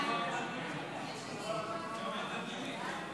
חוק הכניסה לישראל (תיקון